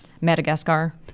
Madagascar